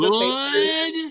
Good